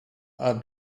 are